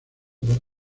por